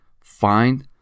find